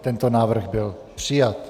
Tento návrh byl přijat.